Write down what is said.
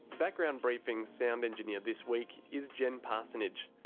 background briefing's sound engineer this week is jen parsonage,